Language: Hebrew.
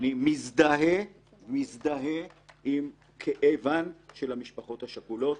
אני מזדהה עם כאבן של המשפחות השכולות,